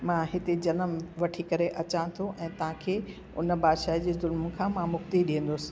मां हिते जनमु वठी करे अचा थो ऐं तव्हांखे उन बादशाह जे ज़ुल्म खां मां मुक्ति ॾेंदुसि